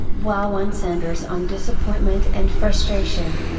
while one centers on disappointment and frustration.